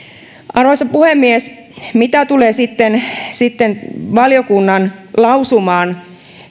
arvoisa puhemies mitä tulee sitten sitten valiokunnan lausumaan